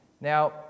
Now